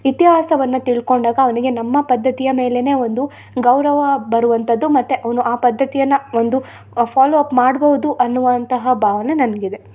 ಇತಿಹಾಸವನ್ನು ತಿಳ್ಕೊಂಡಾಗ ಅವನಿಗೆ ನಮ್ಮ ಪದ್ದತಿಯ ಮೇಲೆಯೇ ಒಂದು ಗೌರವ ಬರುವಂಥದ್ದು ಮತ್ತು ಅವನು ಆ ಪದ್ಧತಿಯನ್ನು ಒಂದು ಫಾಲೋ ಅಪ್ ಮಾಡ್ಬೌದು ಅನ್ನುವಂತಹ ಭಾವನೆ ನನಗಿದೆ